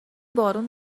بارون